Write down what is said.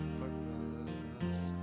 purpose